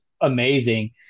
amazing